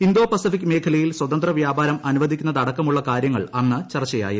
Indo Pacific മേഖലയിൽ സ്വതന്ത്ര വ്യാപാരം അനുവദിക്കുന്നതടക്കമുള്ള കാര്യങ്ങൾ അന്ന് ചർച്ചയായിരുന്നു